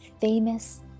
famous